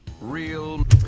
Real